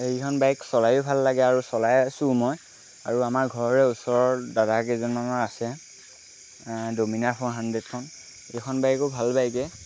এইকেইখন বাইক চলায়ো ভাল লাগে আৰু চলাই আছোঁ মই আৰু আমাৰ ঘৰৰে ওচৰৰ দাদা কেইজনমানৰ আছে ডমিনাৰ ফ'ৰ হাণ্ড্ৰেডখন সেইখন বাইকো ভাল বাইকে